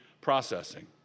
processing